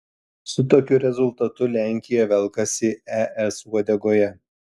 su tokiu rezultatu lenkija velkasi es uodegoje